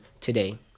today